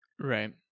Right